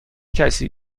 کسی